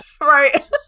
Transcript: Right